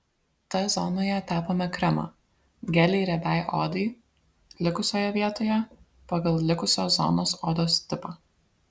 t zonoje tepame kremą gelį riebiai odai likusioje vietoje pagal likusios zonos odos tipą